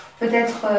peut-être